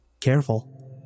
careful